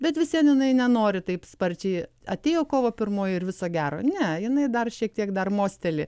bet vis vien jinai nenori taip sparčiai atėjo kovo pirmoji ir viso gero ne jinai dar šiek tiek dar mosteli